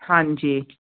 ਹਾਂਜੀ